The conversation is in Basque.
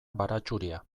baratxuria